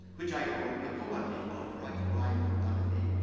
which i call the poverty of rights brian criminality.